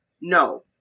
No